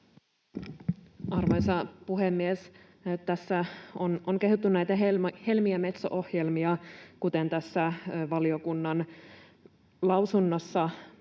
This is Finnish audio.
Arvoisa puhemies! Tässä on kehuttu näitä Helmi- ja Metso-ohjelmia, kuten tässä valiokunnan lausunnossa